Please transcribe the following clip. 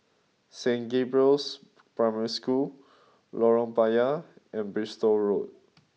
Saint Gabriel's Primary School Lorong Payah and Bristol Road